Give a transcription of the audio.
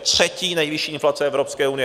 Třetí nejvyšší inflace v Evropské unii.